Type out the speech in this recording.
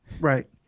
right